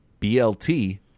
BLT